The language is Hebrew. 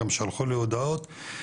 גם שלחו לי הודעות.